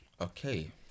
Okay